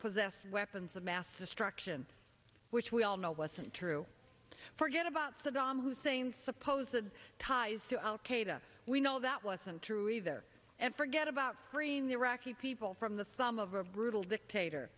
possessed weapons of mass destruction which we all know wasn't true forget about saddam hussein's suppose the ties to al qaeda we know that wasn't true either and forget about freeing the iraqi people from the thumb of a brutal dictator